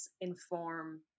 inform